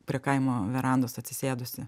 prie kaimo verandos atsisėdusi